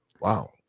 wow